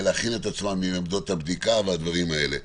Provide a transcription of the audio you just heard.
להכין את עצמם עם עמדות הבדיקה והדברים האלה.